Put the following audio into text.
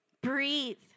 Breathe